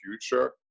future